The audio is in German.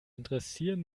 interessieren